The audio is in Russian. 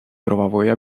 правовой